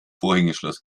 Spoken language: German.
vorhängeschloss